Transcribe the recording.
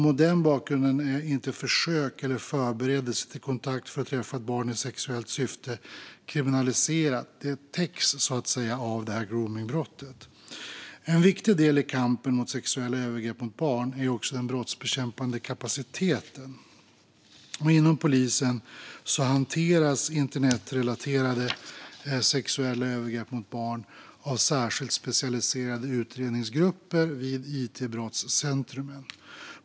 Mot den bakgrunden är inte försök eller förberedelse till kontakt för att träffa ett barn i sexuellt syfte kriminaliserat, utan det täcks så att säga av gromningsbrottet. En viktig del i kampen mot sexuella övergrepp mot barn är också den brottsbekämpande kapaciteten. Inom polisen hanteras internetrelaterade sexuella övergrepp mot barn av särskilt specialiserade utredningsgrupper vid it-brottscentrumen.